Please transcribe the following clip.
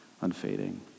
unfading